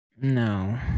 No